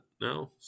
now